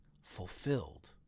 fulfilled